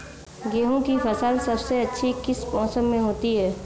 गेंहू की फसल सबसे अच्छी किस मौसम में होती है?